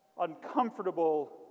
uncomfortable